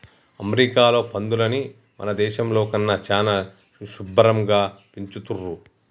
అమెరికాలో పందులని మన దేశంలో కన్నా చానా శుభ్భరంగా పెంచుతున్రు